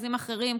אחוזים אחרים.